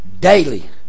daily